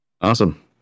Awesome